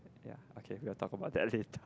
ya okay we'll talk about that late~